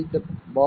a' c'